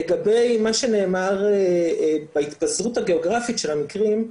לגבי מה שנאמר על ההתפזרות הגיאוגרפית של המקרים,